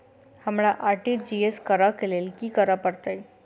हमरा आर.टी.जी.एस करऽ केँ लेल की करऽ पड़तै?